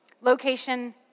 Location